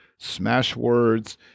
smashwords